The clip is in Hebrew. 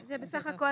בסך הכל,